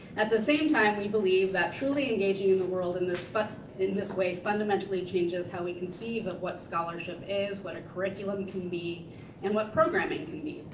at the same time we believe that truly engaging the world in this but in this way fundamentally changes how we conceive of what scholarship is, what a curriculum can be and what programming can be.